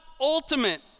ultimate